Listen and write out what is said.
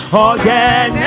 again